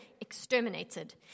exterminated